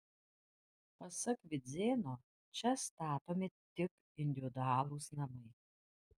pasak vidzėno čia statomi tik individualūs namai